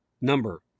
number